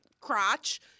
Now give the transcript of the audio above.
crotch